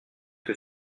que